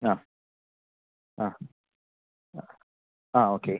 ആ ആ ആ ആ ഓക്കെ